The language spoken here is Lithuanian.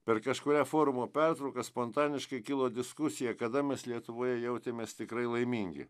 per kažkurią forumo pertrauką spontaniškai kilo diskusija kada mes lietuvoje jautėmės tikrai laimingi